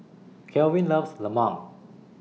Kelvin loves Lemang